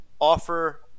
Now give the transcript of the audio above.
offer